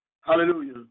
hallelujah